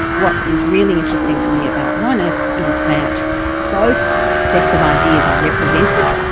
what is really interesting to me about monis is that both sets of ideas are represented,